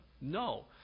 No